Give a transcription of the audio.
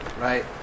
right